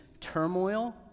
turmoil